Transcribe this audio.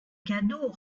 cadeau